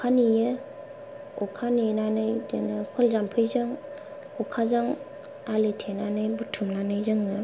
अखा नेयो अखा नोनानै बिदिनो खल जाम्फैजों अखाजों आलि थेनानै बुथुमनानै जोङो